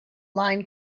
line